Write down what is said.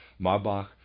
Marbach